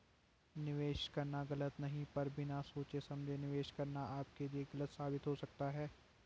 निवेश करना गलत नहीं है पर बिना सोचे समझे निवेश करना आपके लिए गलत साबित हो सकता है